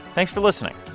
thanks for listening